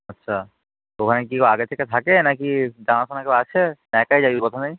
আচ্ছা ওখানে কী কেউ আগে থেকে থাকে না কি জানা শোনা কেউ আছে না একাই যাবি প্রথমেই